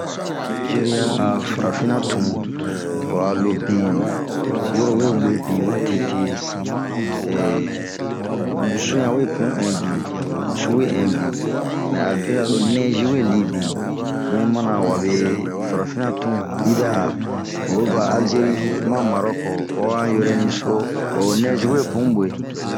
Nizeriya a farafina tun ,ho alo benu, woro we gue bin matete ehh wusu ɲan we pun ɛnbin, wusu ɲanwe ɛnbin, mɛ a bara a nɛzi we gue bin, bunmana wabe farafina tun yibɛ a oyi va alzerie ma marɔke, o han yurɛniso ho nɛzi we pun gue.